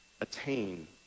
attain